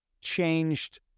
changed